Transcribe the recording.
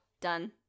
done